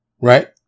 Right